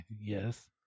Yes